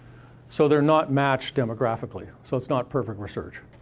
so they're not matched demographically so it's not perfect research.